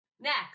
Next